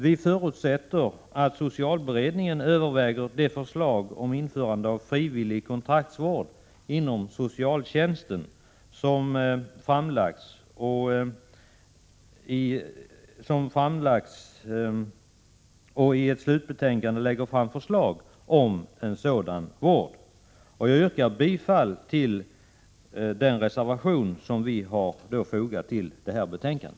Vi förutsätter att socialberedningen överväger de förslag om införande av frivillig kontraktsvård inom socialtjänsten som framlagts och i ett slutbetänkande lägger fram förslag om en sådan vård. Jag yrkar bifall till den reservation som vi har fogat till detta betänkande.